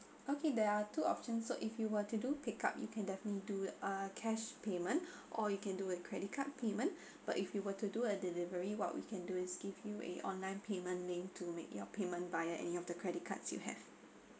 okay there are two options so if you were to do pick up you can definitely do uh cash payment or you can do a credit card payment but if you were to do a delivery what we can do is give you a online payment link to make your payment via any of the credit cards you have